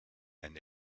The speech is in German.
ein